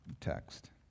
text